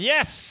Yes